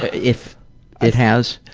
ah if it has?